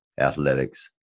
athletics